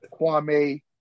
Kwame